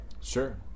Sure